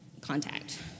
contact